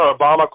Obama